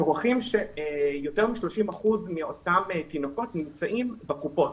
שוכחים שיותר מ-30% מאותם תינוקות נמצאים בקופות.